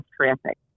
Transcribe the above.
traffic